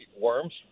worms